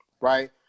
right